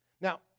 Now